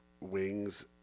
Wings